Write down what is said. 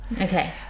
Okay